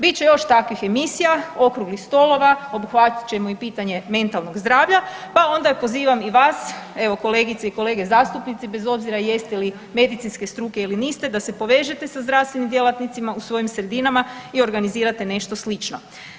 Bit će još takvih emisija, okruglih stolova, obuhvatit ćemo i pitanje mentalnog zdravlja pa onda pozivam i vas, evo, kolegice i kolege zastupnici, bez obzira jeste li medicinske struke ili niste, da se povežete sa zdravstvenim djelatnicima u svojim sredinama i organizirate nešto slično.